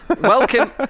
Welcome